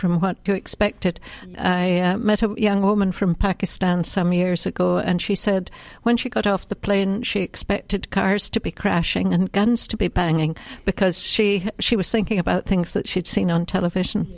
from what you expected i met a young woman from pakistan some years ago and she said when she got off the plane she expected cars to be crashing and guns to be paying because she she was thinking about things that she'd seen on television